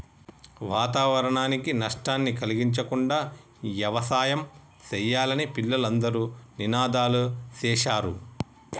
వాతావరణానికి నష్టాన్ని కలిగించకుండా యవసాయం సెయ్యాలని పిల్లలు అందరూ నినాదాలు సేశారు